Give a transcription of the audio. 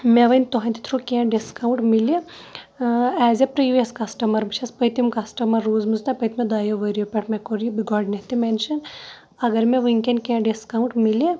مےٚ وۄنۍ تُہَنٛدِ تھرٛوٗ کینٛہہ ڈِسکاوُنٛٹ مِلہِ ایز اےٚ پِرٛیٖویَس کَسٹمَر بہٕ چھَس پٔتِم کَسٹمَر روٗزمٕژ تۄہہِ پٔتۍمیو دۄیو ؤرۍیو پٮ۪ٹھ مےٚ کوٚر یہِ گۄڈنٮ۪تھ تہِ مٮ۪نشَن اگر مےٚ وٕنۍکٮ۪ن کینٛہہ ڈِسکاوُنٛٹ مِلہِ